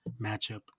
matchup